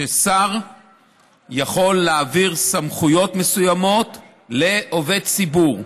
ששר יכול להעביר סמכויות מסוימות לעובד ציבור.